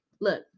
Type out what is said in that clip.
Look